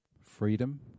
Freedom